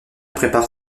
prépare